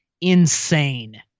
insane